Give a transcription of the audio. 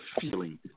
feeling